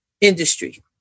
industry